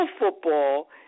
football